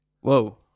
Whoa